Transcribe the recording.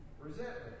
Resentment